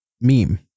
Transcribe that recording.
meme